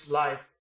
life